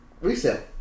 resale